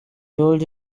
told